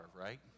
right